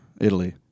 Italy